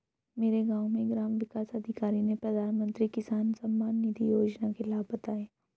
मेरे गांव में ग्राम विकास अधिकारी ने प्रधानमंत्री किसान सम्मान निधि योजना के लाभ बताएं